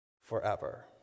forever